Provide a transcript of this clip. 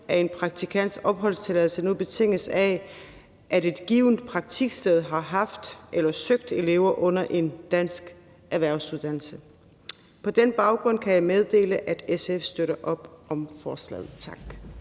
at en praktikants opholdstilladelse nu betinges af, at et givent praktiksted har haft eller søgt elever under en dansk erhvervsuddannelse. På den baggrund kan jeg meddele, at SF støtter op om forslaget. Tak.